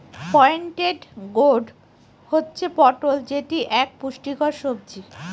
pointed gourd হচ্ছে পটল যেটি এক পুষ্টিকর সবজি